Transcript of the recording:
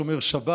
אני שומר שבת,